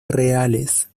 reales